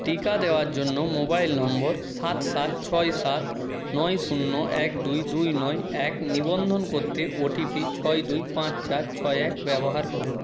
টিকা দেওয়ার জন্য মোবাইল নম্বর সাত সাত ছয় সাত নয় শূন্য এক দুই দুই নয় এক নিবন্ধন করতে ওটিপি ছয় দুই পাঁচ চার ছয় এক ব্যবহার করুন